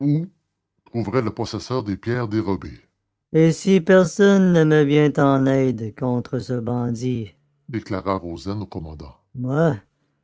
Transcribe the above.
trouverait le possesseur des pierres dérobées et si personne ne me vient en aide contre ce bandit déclara rozaine au commandant